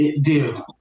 Dude